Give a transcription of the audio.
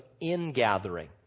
Ingathering